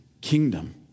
kingdom